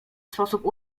sposób